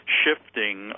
shifting